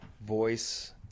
voice